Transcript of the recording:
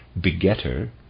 begetter